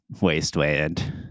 wasteland